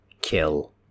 kill